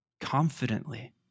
confidently